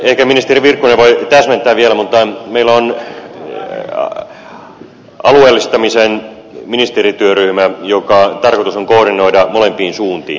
ehkä ministeri virkkunen voi täsmentää vielä mutta meillä on alueellistamisen ministerityöryhmä jonka tarkoitus on koordinoida molempiin suuntiin